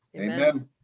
Amen